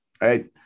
right